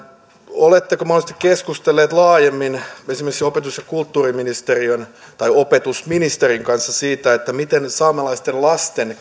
oletteko mahdollisesti keskustelleet laajemmin esimerkiksi opetus ja kulttuuriministeriön tai opetusministerin kanssa siitä miten saamelaisten lasten